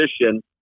position